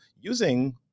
using